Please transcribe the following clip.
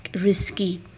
risky